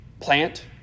plant